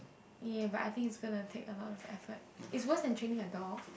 ya but I think it's gonna take a lot of effort it's worse than training a dog